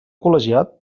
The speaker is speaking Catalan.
col·legiat